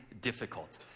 difficult